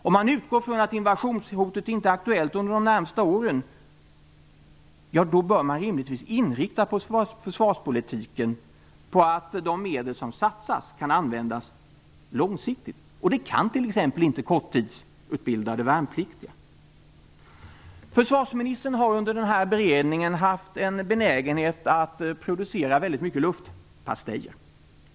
Om man utgår från att invasionshotet inte är aktuellt under de närmaste åren, bör man rimligtvis inrikta försvarspolitiken på att de medel som satsas kan användas långsiktigt. Så är t.ex. inte fallet med korttidsutbildade värnpliktiga. Försvarsministern har under den här beredningen haft en benägenhet att producera väldigt mycket luftpastejer.